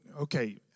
Okay